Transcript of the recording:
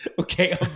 Okay